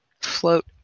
float